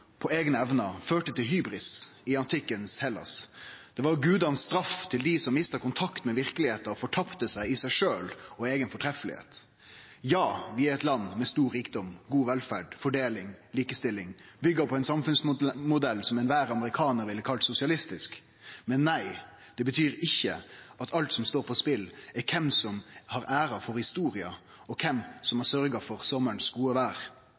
på eigne evner førte til hybris i det antikke Hellas. Det var straffa frå gudane for dei som mista kontakten med verkelegheita og fortapte seg i seg sjølve og si eiga fortreffelegheit. Ja, vi er eit land med stor rikdom, god velferd, fordeling og likestilling – bygd på ein samfunnsmodell som alle amerikanarar ville kalla sosialistisk. Men nei, det betyr ikkje at alt som står på spel, er kven som har æra for historia, og kven som har sørgt for det gode